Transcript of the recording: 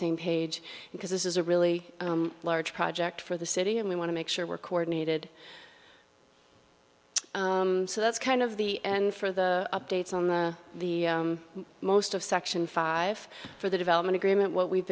same page because this is a really large project for the city and we want to make sure we're coordinated so that's kind of the end for the updates on the most of section five for the development agreement what we've